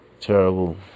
Terrible